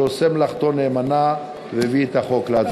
שעושה מלאכתו נאמנה והביא את החוק להצבעה.